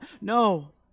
no